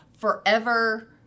forever